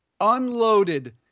Unloaded